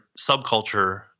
subculture